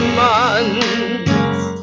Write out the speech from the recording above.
months